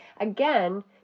Again